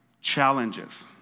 challenges